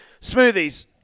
Smoothies